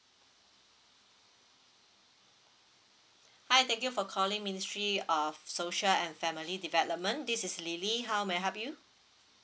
hi thank you for calling ministry uh social and family development this is lily how may I help you